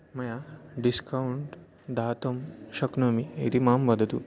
मया डिस्कौण्ट् दातुं शक्नोमि इति मां वदतु